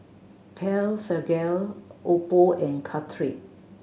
Blephagel Oppo and Caltrate